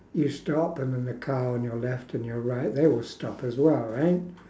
you stop and then the car on your left and your right they will stop as well right